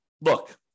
look